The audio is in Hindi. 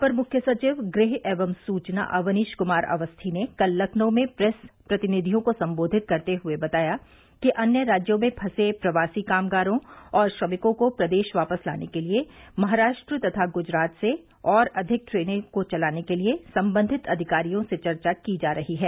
अपर मुख्य सचिव गृह एवं सूचना अवनीश कुमार अवस्थी ने कल लखनऊ में प्रेस प्रतिनिधियों को संबोधित करते हुए बताया कि अन्य राज्यों में फसे प्रवासी कामगारों और श्रमिकों को प्रदेश वापस लाने के लिये महाराष्ट्र तथा गुजरात से और अधिक ट्रेनों को चलाने के लिये संबंधित अधिकारियों से चर्चा की जा रही है